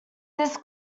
this